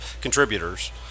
contributors